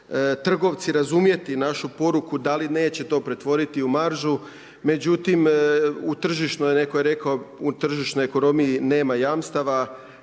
trgovci razumjeti našu poruku, da li neće to pretvoriti u maržu, međutim u tržišnoj, netko je rekao, u tržišnoj ekonomiji, nema jamstava,